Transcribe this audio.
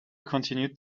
continued